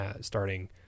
starting